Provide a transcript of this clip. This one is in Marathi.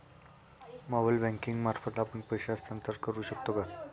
मोबाइल बँकिंग मार्फत आपण पैसे हस्तांतरण करू शकतो का?